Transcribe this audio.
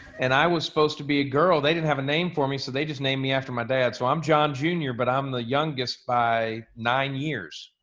and i was supposed to be a girl they didn't have a name for me, so, they just named me after my dad. so i'm john jr, but i'm the youngest by nine years.